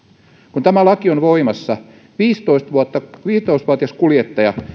kun tämä laki on voimassa viisitoista vuotias kuljettaja